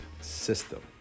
system